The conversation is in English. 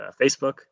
Facebook